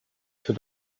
für